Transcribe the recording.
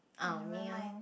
oh man